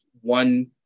one